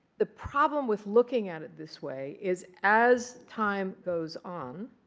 the problem with looking at it this way is as time goes on,